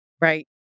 Right